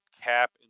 Cap